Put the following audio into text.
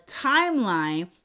timeline